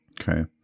Okay